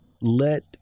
let